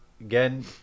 Again